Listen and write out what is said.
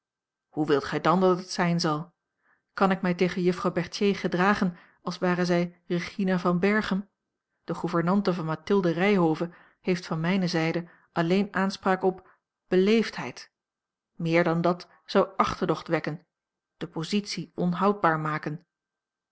hoe wilt gij dan dat het zijn zal kan ik mij tegen juffrouw berthier gedragen als ware zij regina van berchem de gouvernante van mathilde ryhove heeft van mijne zijde alleen aanspraak op beleefdheid meer dan dat zou achterdocht wekken de positie onhoudbaar maken